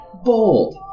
bold